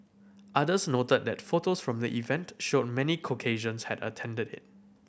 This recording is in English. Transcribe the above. others noted that photos from the event showed many Caucasians had attended it